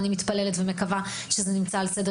אני מתפללת ומקווה שזה נמצא על סדר